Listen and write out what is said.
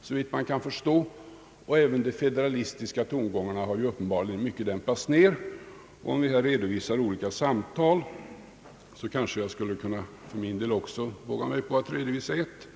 såvitt man kan förstå, och även de federalistiska tongångarna har uppenbarligen i mycket dämpats ned. Eftersom olika samtal har refererats, kanske jag också kan våga mig på att redovisa ett.